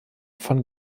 von